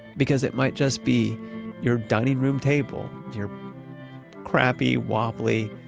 because it might just be your dining room table, your crappy, wobbly,